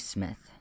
Smith